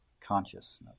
Consciousness